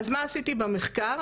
אז מה עשיתי במחקר?